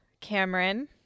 Cameron